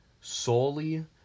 solely